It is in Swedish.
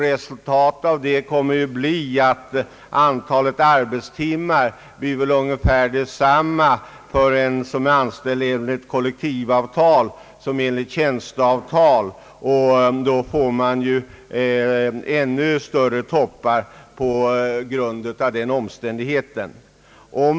Resultatet därav kommer att bli att antalet arbetstimmar blir ungefär detsamma för den som är anställd enligt kollektivavtal som för den som är anställd enligt tjänsteavtal, och följden blir då ännu större trafiktoppar.